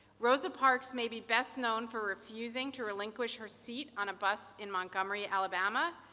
rosa parks may be best known for refusing to relinquish her seat on a bus in montgomery alabama.